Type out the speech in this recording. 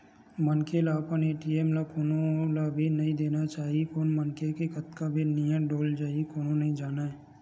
मनखे ल अपन ए.टी.एम ल कोनो ल भी नइ देना चाही कोन मनखे के कतका बेर नियत डोल जाही कोनो नइ जानय